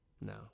no